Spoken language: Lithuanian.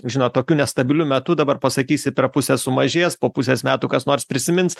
žinot tokiu nestabiliu metu dabar pasakysi per pusę sumažės po pusės metų kas nors prisimins